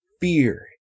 Fear